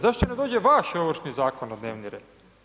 Zašto ne dođe vaš Ovršni zakon na dnevni red?